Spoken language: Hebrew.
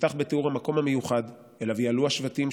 נפתח בתיאור המקום המיוחד שאליו יעלו השבטים,